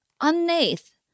Underneath